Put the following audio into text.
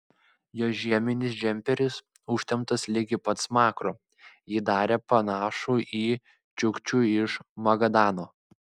jo žieminis džemperis užtemptas ligi pat smakro jį darė panašų į čiukčių iš magadano